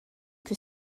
que